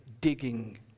digging